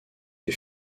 des